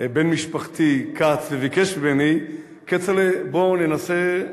בן משפחתי כץ, וביקש ממני: כצל'ה, בוא ננסה,